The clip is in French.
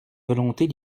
volontés